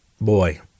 Boy